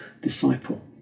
disciple